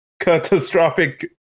catastrophic